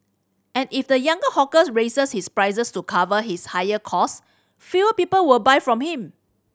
and if the younger hawkers raises his prices to cover his higher cost few people will buy from him